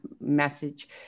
message